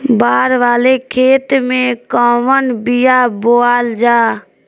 बाड़ वाले खेते मे कवन बिया बोआल जा?